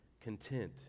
Content